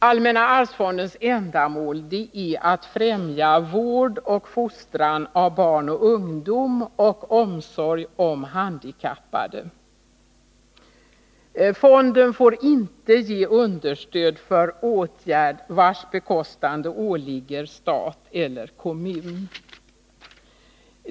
Allmänna arvsfondens ändamål är att främja vård och fostran av barn och ungdom och omsorg om handikappade. Fonden får inte ge understöd för åtgärd vars bekostande åligger stat eller kommun.